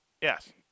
Yes